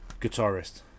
guitarist